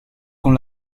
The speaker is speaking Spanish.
con